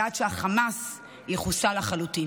ועד שהחמאס יחוסל לחלוטין.